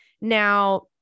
Now